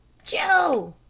joe!